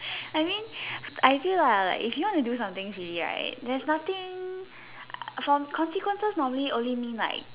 I mean I feel like like if you want to do some things really right there's nothing I for consequences normally only mean like